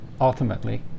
ultimately